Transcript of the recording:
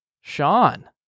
Sean